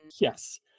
Yes